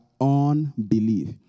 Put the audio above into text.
unbelief